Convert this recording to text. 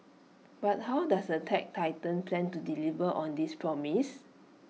but how does the tech titan plan to deliver on this promise